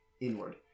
inward